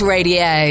Radio